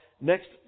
next